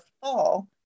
fall